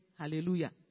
Hallelujah